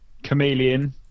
Chameleon